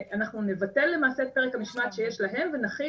אנחנו לבטל מעשה את פרק המשמעת שיש להם ונחיל